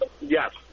Yes